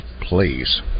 please